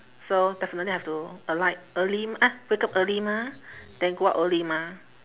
so definitely I have to alight early uh wake up early mah then go out early mah